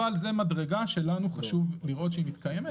אבל זאת מדרגה שלנו חשוב לראות שהיא מתקיימת